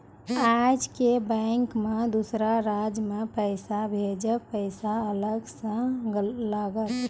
आजे के बैंक मे दोसर राज्य मे पैसा भेजबऽ पैसा अलग से लागत?